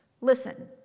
Listen